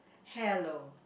hello